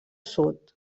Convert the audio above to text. sud